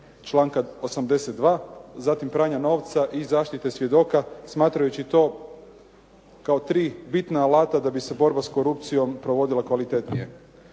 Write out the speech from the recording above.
članka 82. zatim pranja novca i zaštite svjedoka. Smatrajući to kao tri bitna alata da bi se borba s korupcijom provodila kvalitetnije.